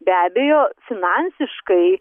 be abejo finansiškai